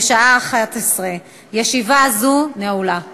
בשעה 11:00. ישיבה זו נעולה.